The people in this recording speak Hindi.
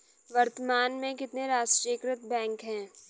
वर्तमान में कितने राष्ट्रीयकृत बैंक है?